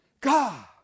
God